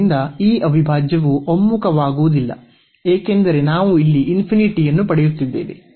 ಆದ್ದರಿಂದ ಈ ಅವಿಭಾಜ್ಯವು ಒಮ್ಮುಖವಾಗುವುದಿಲ್ಲ ಏಕೆಂದರೆ ನಾವು ಇಲ್ಲಿ ಅನ್ನು ಪಡೆಯುತ್ತಿದ್ದೇವೆ